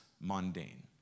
mundane